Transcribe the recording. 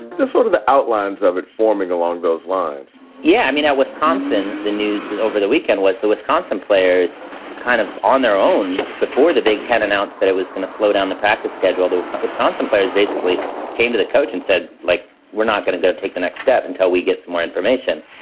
the sort of the outlines of it forming along those lines yeah, i mean, at wisconsin, the news over the weekend was the wisconsin players kind of on their own before the big ten announced that it was going to slow down the practice schedule. the wisconsin players basically so came to the coach and said, like, we're not going to go take the next step until we get some more information.